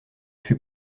fut